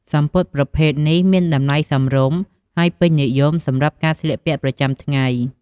សំពត់ប្រភេទនេះមានតម្លៃសមរម្យ ហើយពេញនិយមសម្រាប់ការស្លៀកពាក់ប្រចាំថ្ងៃ។